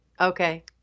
Okay